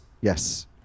Yes